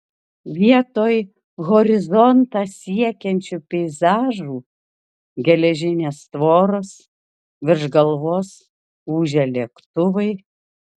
vietoj horizontą siekiančių peizažų geležinės tvoros virš galvos ūžia lėktuvai